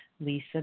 Lisa